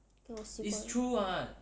possible